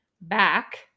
back